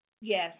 Yes